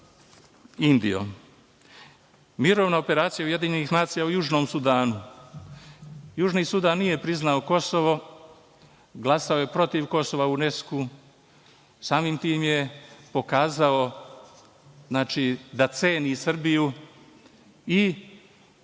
Indijom. Mirovna operacija UN u Južnom Sudanu. Južni Sudan nije priznao Kosovo, glasao je protiv Kosova u UNESKO-u. Samim tim je pokazao da ceni Srbiju i,